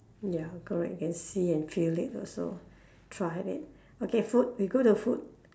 ya correct can see and feel it also try it okay food we go to food